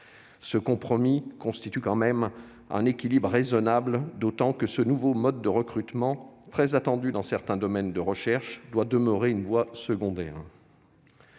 Ce compromis constitue un équilibre raisonnable, d'autant que ce nouveau mode de recrutement, très attendu dans certains domaines de recherche, doit demeurer une voie secondaire.